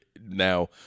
now